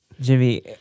Jimmy